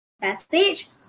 message